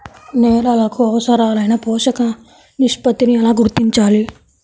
నేలలకు అవసరాలైన పోషక నిష్పత్తిని ఎలా గుర్తించాలి?